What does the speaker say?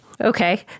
Okay